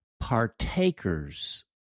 partakers